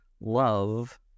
love